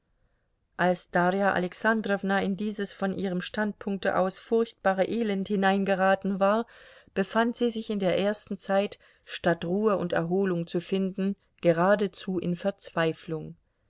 als darja alexandrowna in dieses von ihrem standpunkte aus furchtbare elend hineingeraten war befand sie sich in der ersten zeit statt ruhe und erholung zu finden geradezu in verzweiflung